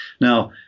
now